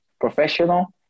professional